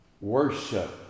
worship